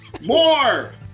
More